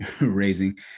raising